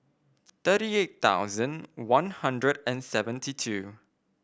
thirty eight thousand One Hundred and seventy two